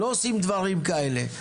לא עושים דברים כאלה.